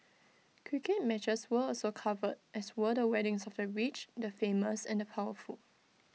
cricket matches were also covered as were the weddings of the rich the famous and the powerful